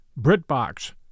BritBox